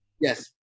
yes